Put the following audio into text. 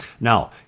Now